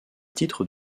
titre